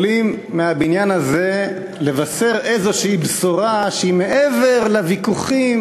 יכולים מהבניין הזה לבשר בשורה כלשהי שהיא מעבר לוויכוחים